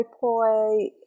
Poi